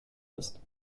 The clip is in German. ist